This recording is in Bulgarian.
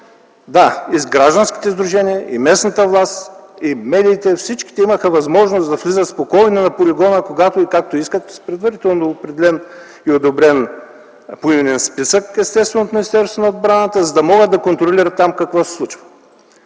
както и гражданските сдружения, местната власт, и медиите – всички те имаха възможност да влизат спокойно на полигона, когато и както искат, с предварително определен и одобрен поименен списък от Министерството на отбраната, за да могат да контролират там какво се случва.